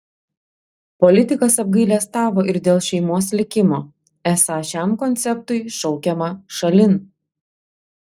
politikas apgailestavo ir dėl šeimos likimo esą šiam konceptui šaukiama šalin